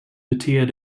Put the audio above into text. beter